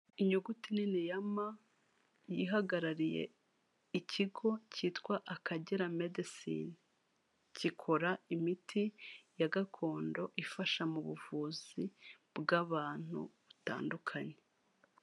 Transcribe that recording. Inyuguti nini ya ma ihagarariye ikigo cyitwa akagera medesine gikora imiti ya gakondo ifasha mu buvuzi bw'abantu batandukanye.